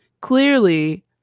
clearly